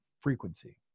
frequency